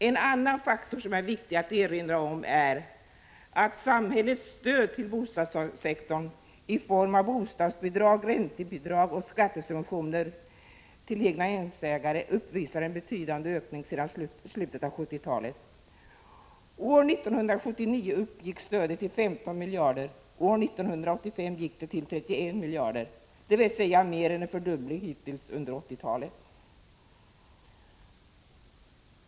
En annan faktor som är viktig att erinra om är att samhällets stöd till bostadssektorn i form av bostadsbidrag, räntebidrag och skattesubventioner till egnahemsägare uppvisar en betydande ökning sedan slutet av 1970-talet. År 1979 uppgick stödet till 15 miljarder kronor. År 1985 uppgick det till 31 miljarder kronor, dvs. mer än en fördubbling hittills under 1980-talet.